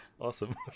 awesome